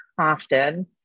often